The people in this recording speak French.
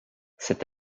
cette